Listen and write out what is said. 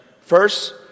First